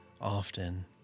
often